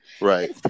Right